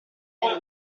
era